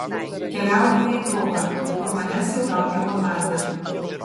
keliauju į dohą kur manęs jau laukia komanda